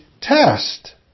test